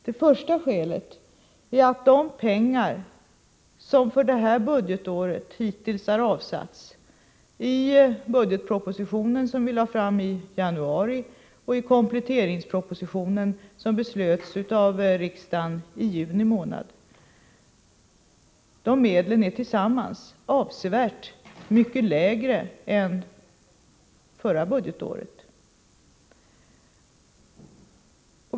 Det första skälet är att de medel som hittills avsatts för det här budgetåret, genom budgetpropositionen, som vi lade fram i januari, och genom kompletteringspropositionen, som behandlades av riksdagen i juni månad, tillsammans är avsevärt mindre än för förra budgetåret.